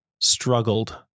struggled